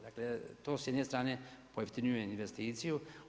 Dakle, to s jedne strane pojeftinjuje investiciju.